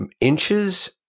inches